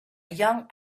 young